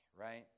right